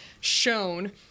shown